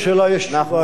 על כל שאלה יש תשובה,